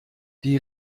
die